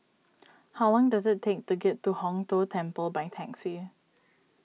how long does it take to get to Hong Tho Temple by taxi